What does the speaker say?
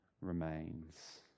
remains